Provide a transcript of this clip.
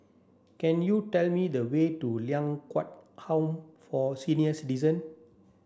can you tell me the way to Ling Kwang Home for Senior Citizen